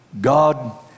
God